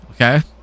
okay